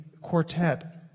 quartet